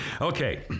Okay